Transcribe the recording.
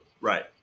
Right